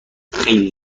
خیلی